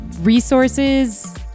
resources